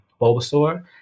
Bulbasaur